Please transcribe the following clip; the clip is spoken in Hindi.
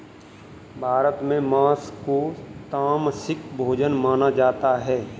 भारत में माँस को तामसिक भोजन माना जाता है